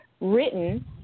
written